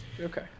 Okay